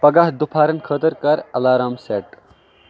پگاہ دُپہرَن خٲطرٕ کر الارام سیٹ